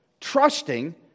trusting